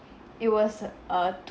it was a two